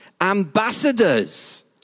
ambassadors